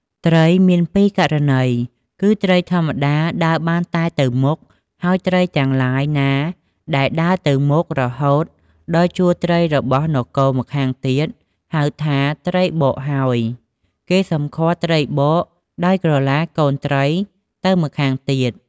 ត្រី មានពីរករណី គឺ ត្រីធម្មតាដើរបានតែទៅមុខ ហើយត្រីទាំងឡាយណាដែលដើរទៅមុខរហូតដល់ជួរត្រីរបស់នគរម្ខាងទៀត ហៅថា ត្រីបកហើយ គេសម្គាល់ត្រីបក ដោយក្រឡាប់កូនត្រីទៅម្ខាងទៀត